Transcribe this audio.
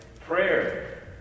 prayer